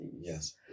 Yes